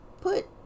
put